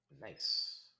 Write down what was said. Nice